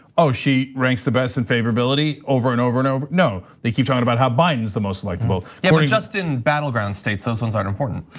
ah she ranks the best in favorability over and over and over? no, they keep talking about how biden is the most likeable. yet, but just in battleground states, those ones aren't important.